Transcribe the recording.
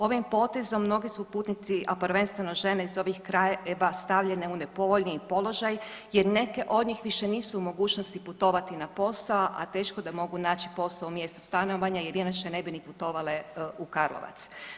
Ovim potezom mnogi su putnici, a prvenstveno žene iz ovih krajeva stavljene u nepovoljniji položaj jer neke od njih više nisu u mogućnosti putovati na posao, a teško da mogu naći posao u mjestu stanovanja jer inače ne bi ni putovale u Karlovac.